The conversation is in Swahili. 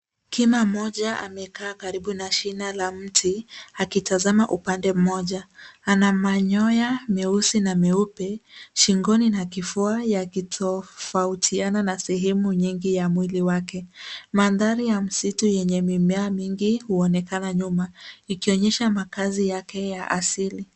Kima mmoja amekaa karibu na shina la mti akitazama upande moja. Ana manyoya meusi na meupe, shingoni na kifua, yakitofautiana na sehemu nyingi ya mwili wake. Mandhari ya msitu yenye mimea mingi huonekana nyuma, ikionyesha makaazi yake ya asili.